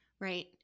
right